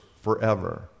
forever